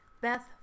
Beth